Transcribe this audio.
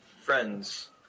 friends